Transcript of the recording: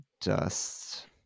dust